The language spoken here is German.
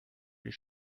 wohl